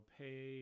pay